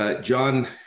John